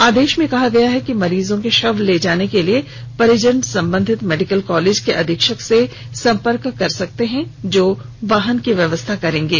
आदेश में कहा गया है कि मरीजों के शव ले जाने के लिए परिजन संबंधित मेडिकल कॉलेज के अधीक्षक से संपर्क कर सकते हैं जो वाहन की व्यवस्था करेंगे